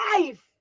life